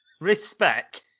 Respect